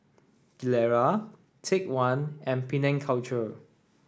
Gilera Take One and Penang Culture